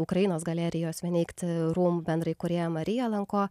ukrainos galerijos veneikt rūmų bendraįkūrėja marija lanko